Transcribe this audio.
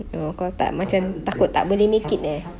oh kalau tak takut tak boleh make it eh